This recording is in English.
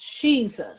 Jesus